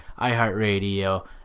iHeartRadio